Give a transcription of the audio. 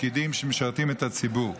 פקידים שמשרתים את הציבור.